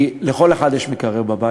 כי לכל אחד יש מקרר בבית,